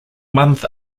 month